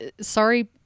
sorry